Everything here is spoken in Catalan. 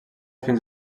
fins